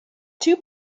two